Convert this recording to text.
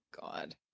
God